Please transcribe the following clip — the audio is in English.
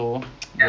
so um